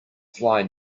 fly